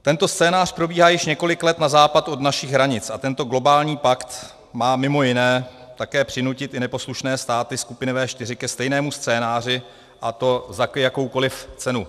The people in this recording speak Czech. Tento scénář probíhá již několik let na západ od našich hranic a tento globální pakt má mimo jiné také přinutit i neposlušné státy skupiny V4 ke stejnému scénáři, a to za jakoukoliv cenu.